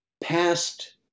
past